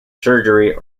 surgery